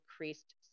increased